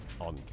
on